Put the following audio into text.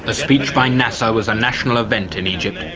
ah speech by nasser was a national event in egypt.